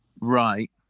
Right